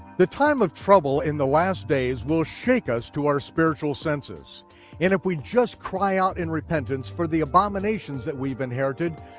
the time of trouble in the last days will shake us to our spiritual senses and if we just cry out in repentance for the abominations that we've inherited,